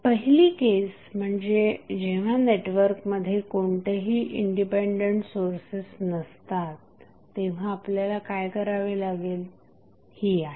पहिली केस म्हणजे जेव्हा नेटवर्कमध्ये कोणतेही इंडिपेंडेंट सोर्सेस नसतात तेव्हा आपल्याला काय करावे लागेल ही आहे